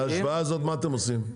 בהשוואה הזאת מה אתם עושים?